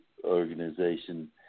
organization